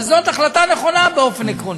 וזאת החלטה נכונה באופן עקרוני.